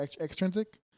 extrinsic